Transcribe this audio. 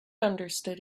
understood